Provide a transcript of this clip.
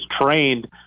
trained